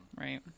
right